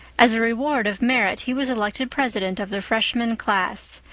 as a reward of merit he was elected president of the freshman class,